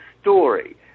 story